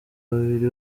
babiri